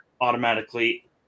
automatically